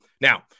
Now